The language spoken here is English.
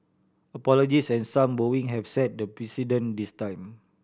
apologies and some bowing have set the precedent this time